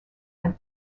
and